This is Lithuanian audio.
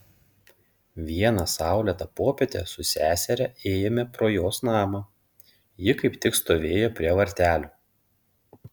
vieną saulėtą popietę su seseria ėjome pro jos namą ji kaip tik stovėjo prie vartelių